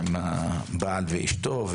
עם הבעל ואשתו,